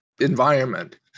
environment